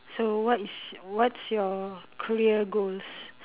so what is what's your career goals